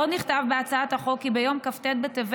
עוד נכתב בהצעת החוק כי ביום כ"ט בטבת,